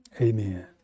amen